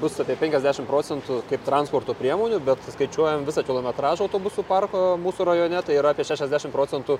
bus apie penkiasdešimt procentų kaip transporto priemonių bet skaičiuojam visą kilometražą autobusų parko mūsų rajone tai yra apie šešiasdešimt procentų